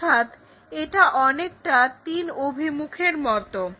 অথাৎ এটা অনেকটা তিন অভিমুখের মতো